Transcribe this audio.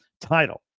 title